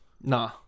Nah